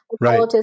right